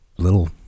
Little